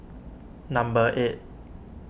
number eight